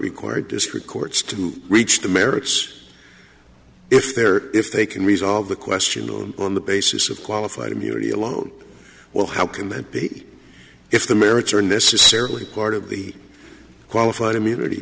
required district courts to reach the merits if they're if they can resolve the question room on the basis of qualified immunity alone well how can that be if the merits are necessarily part of the qualified immunity